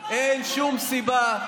אינו נוכח יואב סגלוביץ' נגד יבגני סובה,